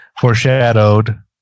foreshadowed